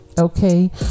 okay